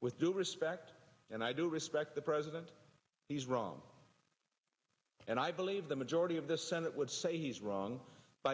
with due respect and i do respect the president he's wrong and i believe the majority of the senate would say he's wrong by